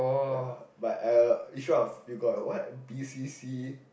uh but uh Ishraf you got what B C C